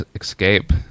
escape